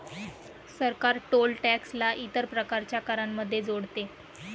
सरकार toll tax ला इतर प्रकारच्या करांमध्ये जोडते